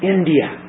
India